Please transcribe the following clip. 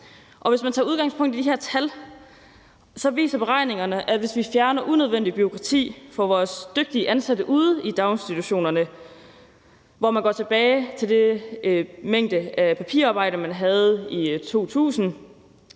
Hvis man tager udgangspunkt i de her tal, viser beregningerne, at hvis vi fjerner unødvendigt bureaukrati for vores dygtige ansatte ude i daginstitutionerne og går tilbage til den mængde af papirarbejde, man havde i 2000,